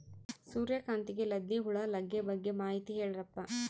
ಸೂರ್ಯಕಾಂತಿಗೆ ಲದ್ದಿ ಹುಳ ಲಗ್ಗೆ ಬಗ್ಗೆ ಮಾಹಿತಿ ಹೇಳರಪ್ಪ?